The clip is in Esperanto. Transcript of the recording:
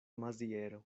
maziero